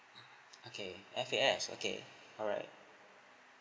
okay F_A_S okay alright